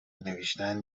نوشتن